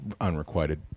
unrequited